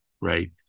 right